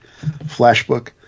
flashbook